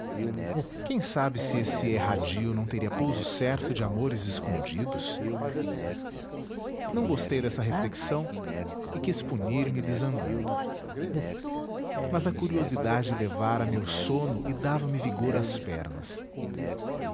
quem sabe se esse erradio não teria pouso certo de amores escondidos não gostei desta reflexão e quis punir me desandando mas a curiosidade levara me o sono e dava-me vigor às pernas